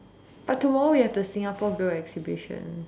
but tomorrow we have the Singapore grill exhibition